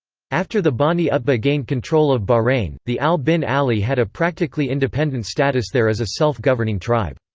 after the bani utbah gained control of bahrain, the al bin ali had a practically independent status there as a self-governing tribe.